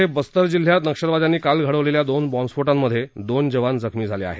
छत्तीसगडमध्ये बस्तर जिल्ह्यात नक्षलवाद्यांनी काल घडवलेल्या दोन बॅम्बस्फोटांमध्ये दोन जवान जखमी झाले आहेत